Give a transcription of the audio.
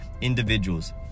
individuals